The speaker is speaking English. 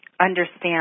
understand